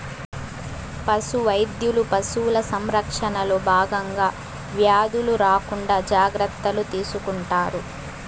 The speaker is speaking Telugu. పశు వైద్యులు పశువుల సంరక్షణలో భాగంగా వ్యాధులు రాకుండా జాగ్రత్తలు తీసుకుంటారు